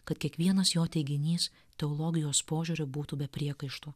kad kiekvienas jo teiginys teologijos požiūriu būtų be priekaištų